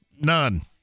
None